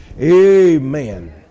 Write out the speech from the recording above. Amen